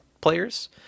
players